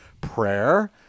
prayer